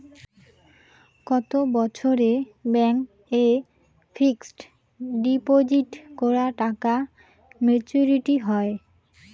কত বছরে ব্যাংক এ ফিক্সড ডিপোজিট করা টাকা মেচুউরিটি হয়?